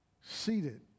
seated